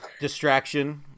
Distraction